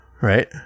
right